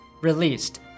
Released